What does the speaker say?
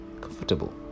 comfortable